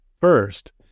first